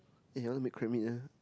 eh I want to make crab meat eh